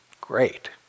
great